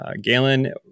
Galen